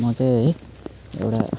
म चाहिँ है एउटा